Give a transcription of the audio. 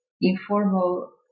informal